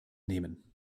nehmen